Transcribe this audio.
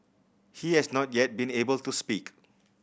he has not yet been able to speak